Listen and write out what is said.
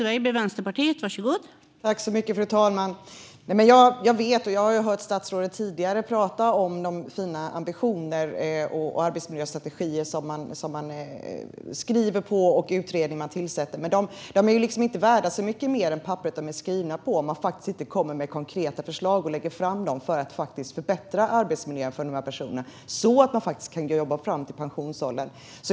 Fru talman! Jag har även tidigare hört statsrådet prata om de fina ambitionerna, de arbetsmiljöstrategier som man skriver och de utredningar man tillsätter. Men de är inte värda så mycket mer än papperet de är skrivna på om man inte lägger fram konkreta förslag för att förbättra arbetsmiljön för de här personerna, så att de kan jobba fram till pensionsåldern.